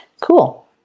Cool